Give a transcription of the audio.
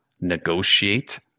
negotiate